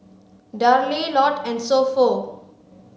Darlie Lotte and So Pho